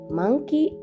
monkey